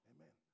Amen